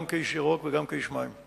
גם כאיש ירוק וגם כאיש מים.